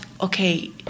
okay